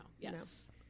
Yes